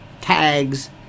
tags